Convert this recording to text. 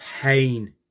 pain